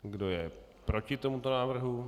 Kdo je proti tomuto návrhu?